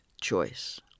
choice